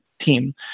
team